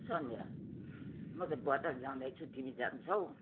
सन्द्या म त बजार जाँदैछु तिमी जान्छौ